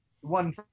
One